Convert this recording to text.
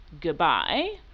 Goodbye